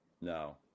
No